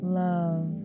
love